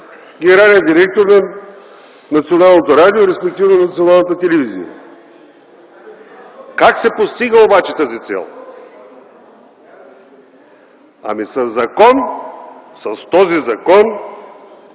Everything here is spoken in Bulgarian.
генерален директор на Националното радио, респективно на Националната телевизия. Как се постига обаче тази цел? Ами със закон! С този закон,